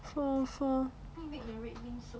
four oo four